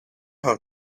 how